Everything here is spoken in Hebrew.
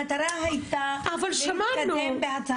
המטרה הייתה להתקדם בהצעת החוק,